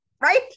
right